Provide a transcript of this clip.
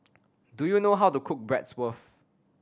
do you know how to cook Bratwurst